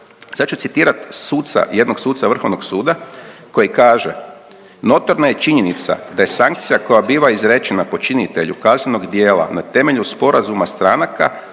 Sad ću citirat suca, jednog suca Vrhovnog suda koji kaže,